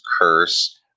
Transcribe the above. curse